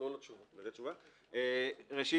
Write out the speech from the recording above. ראשית,